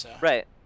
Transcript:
Right